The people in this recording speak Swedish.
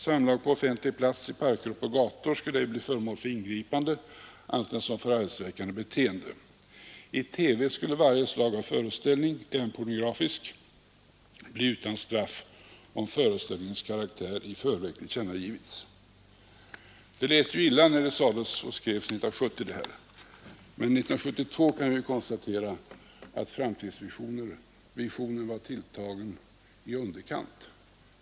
Samlag på offentlig plats, i parker och på gator, skulle ej bli föremål för ingripande annat än som förargelseväckande beteende. I TV skulle varje slag av föreställning, även pornografisk, bli utan straff, om föreställningens karaktär i förväg tillkännagivits.” Det lät illa när det sades och skrevs 1970. 1972 kan vi konstatera att framtidsvisionen var tilltagen i underkant.